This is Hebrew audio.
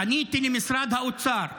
פניתי למשרד האוצר.